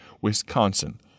Wisconsin